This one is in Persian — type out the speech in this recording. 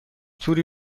توری